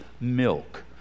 milk